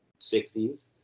60s